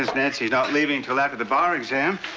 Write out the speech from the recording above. nqncy's not leaving till after the bar exam,